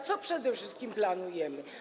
Co przede wszystkim planujemy?